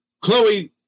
Chloe